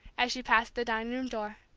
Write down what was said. as she passed the dining-room door.